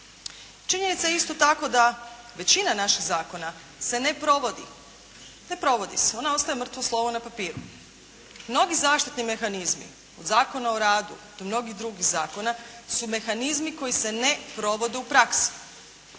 Činjenica je isto tako da većina naših zakona se ne provodi. Ne provodi se. Ona ostaje mrtvo slovo na papiru. Mnogi zaštitni mehanizmi od Zakona o radu do mnogih drugih zakona su mehanizmi koji se ne provode u praksi.